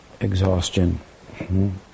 exhaustion